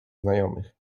znajomych